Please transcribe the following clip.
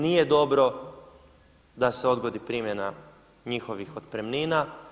Nije dobro da se odgodi primjena njihovih otpremnina.